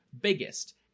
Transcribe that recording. biggest